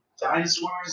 dinosaurs